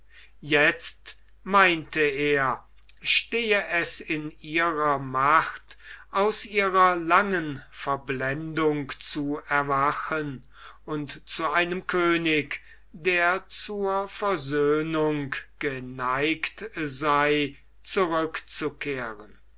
jetzt meinte er stehe es in ihrer macht aus ihrer langen verblendung zu erwachen und zu einem könig der zur versöhnung geneigt sei zurückzukehren